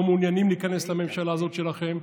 לא מעוניינים להיכנס לממשלה הזאת שלכם.